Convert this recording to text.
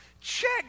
Check